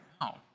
No